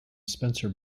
spencer